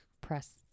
press